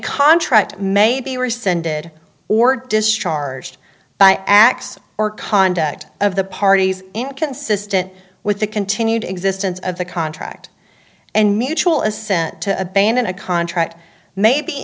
contract may be rescinded or discharged by x or conduct of the parties inconsistent with the continued existence of the contract and mutual assent to abandon a contract may be